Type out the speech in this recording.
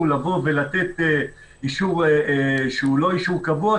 לבוא ולתת אישור שהוא לא אישור קבוע,